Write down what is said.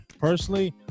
personally